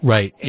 Right